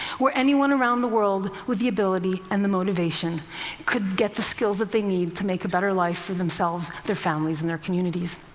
where anyone around the world with the ability and the motivation could get the skills that they need to make a better life for themselves, their families and their communities.